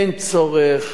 אין צורך,